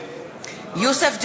יוסף ג'בארין,